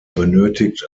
benötigt